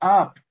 up